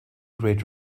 great